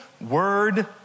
word